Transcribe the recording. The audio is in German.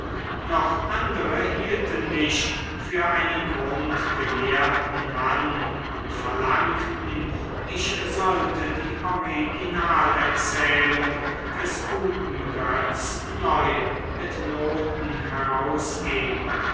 noch andere hielten mich für einen grundgelehrten mann und verlangten ich sollte die originalerzählung des guten götz neu mit noten herausgeben